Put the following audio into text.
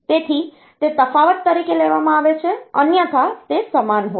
તેથી તે તફાવત તરીકે લેવામાં આવે છે અન્યથા તે સમાન હોય છે